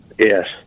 Yes